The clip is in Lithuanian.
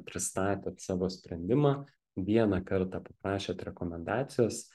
pristatėt savo sprendimą vieną kartą paprašėt rekomendacijos